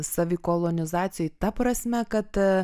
savi kolonizacijoj ta prasme kad